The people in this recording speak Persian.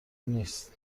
نیست